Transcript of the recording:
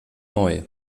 neu